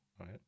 right